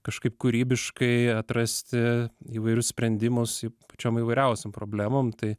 kažkaip kūrybiškai atrasti įvairius sprendimus ir pačiom įvairiausiom problemom tai